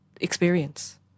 experience